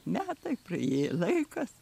metai praėjo laikas